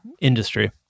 industry